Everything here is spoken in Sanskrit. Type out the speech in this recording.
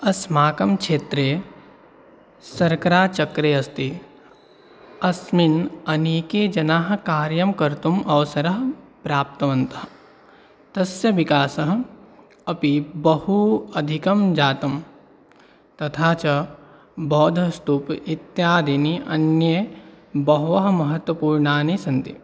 अस्माकं क्षेत्रे सर्कराचक्रे अस्ति अस्मिन् अनेके जनाः कार्यं कर्तुम् अवसरः प्राप्तवन्तः तस्य विकासः अपि बहु अधिकं जातं तथा च बौधस्तूपः इत्यादीनि अन्ये बहवः महत्त्वपूर्णानि सन्ति